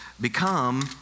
become